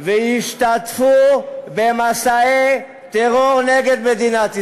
וישתתפו במסעי טרור נגד מדינת ישראל.